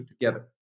together